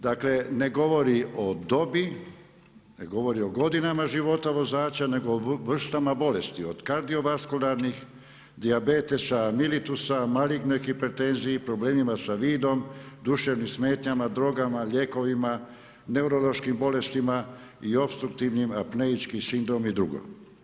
Dakle, ne govori o dobi, ne govori o godinama života vozača, nego o vrstama bolesti od kardiovaskularnih, dijabetesa, militusa, maligne hipertenzije, problemima sa vidom, duševnim smetnjama, drogama, lijekovima, neurološkim bolestima i opstruktivnim apneički sindrom i drugo.